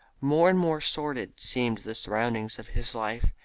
more and more sordid seemed the surroundings of his life,